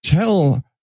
Tell